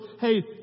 hey